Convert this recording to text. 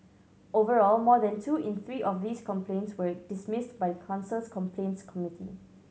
overall more than two in three of these complaints were dismissed by the council's complaints committee